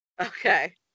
Okay